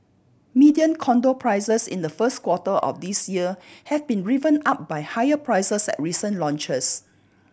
median condo prices in the first quarter of this year have been driven up by higher prices at recent launches